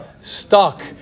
stuck